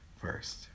first